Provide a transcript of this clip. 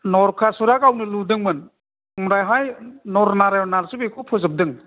नरखासुरा गावनो लुदोंमोन उनावहाय नरनारायनासो बेखौ फोजोबदों